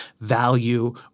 value